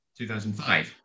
2005